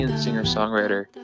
Singer-songwriter